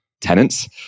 tenants